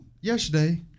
yesterday